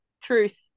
Truth